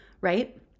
Right